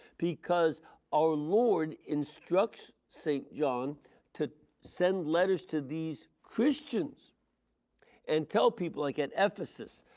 because our lord instructs st. john to send letters to these christians and tell people like it ephesus,